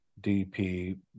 dp